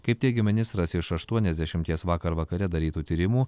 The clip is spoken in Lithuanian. kaip teigė ministras iš aštuoniasdešimties vakar vakare darytų tyrimų